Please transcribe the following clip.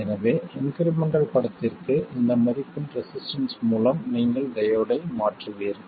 எனவே இன்க்ரிமெண்டல் படத்திற்கு இந்த மதிப்பின் ரெசிஸ்டன்ஸ் மூலம் நீங்கள் டையோடை மாற்றுவீர்கள்